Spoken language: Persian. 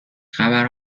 گهخبر